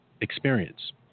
experience